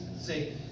Say